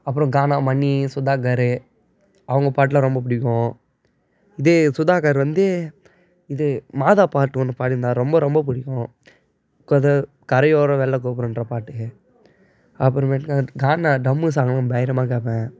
அப்புறம் கானா மணி சுதாகரு அவங்க பாட்டலாம் ரொம்ப பிடிக்கும் இதே சுதாகர் வந்து இது மாதா பாட்டு ஒன்று பாடிருந்தார் ரொம்ப ரொம்ப பிடிக்கும் கொத கரையோர வெள்ளை கோபுரன்ற பாட்டுக்கு அப்புறமேட்டுக்கு வந்துவிட்டு கானா டம்மு சாங்கும் பயங்கரமாக கேட்பேன்